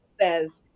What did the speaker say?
says